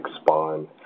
spawn